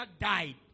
died